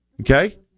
Okay